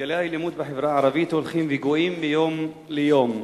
גלי האלימות בחברה הערבית הולכים וגואים מיום ליום.